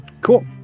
Cool